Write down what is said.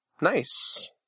Nice